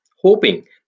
hoping